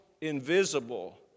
invisible